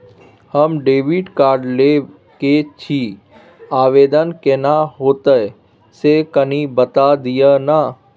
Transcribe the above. हम debit card लेब के छि, आवेदन केना होतै से कनी बता दिय न?